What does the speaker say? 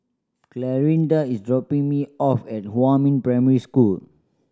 Clarinda is dropping me off at Huamin Primary School